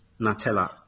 Nutella